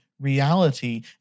reality